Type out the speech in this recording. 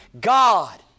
God